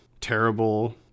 terrible